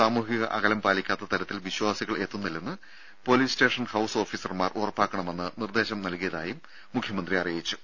സാമൂഹിക അകലം പാലിക്കാത്ത തരത്തിൽ വിശ്വാസികൾ എത്തുന്നില്ലെന്ന് പൊലീസ് സ്റ്റേഷൻ ഹൌസ് ഓഫീസർമാർ ഉറപ്പാക്കണമെന്ന് നിർദ്ദേശം കൊടുത്തതായും മുഖ്യമന്ത്രി അറിയിച്ചു